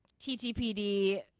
TTPD